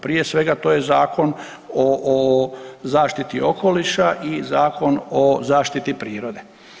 Prije svega to je Zakon o zaštiti okoliša i Zakon o zaštiti prirode.